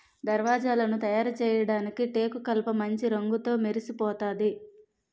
దర్వాజలను తయారుచేయడానికి టేకుకలపమాంచి రంగుతో మెరిసిపోతాది